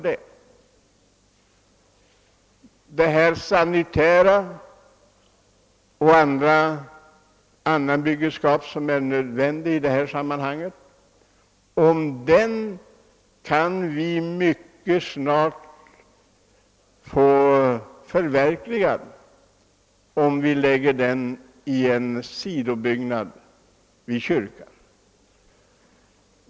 De anordningar som är nödvändiga i det sammanhanget kan förverkligas mycket snart om de förläggs i en sidobyggnad invid kyrkan.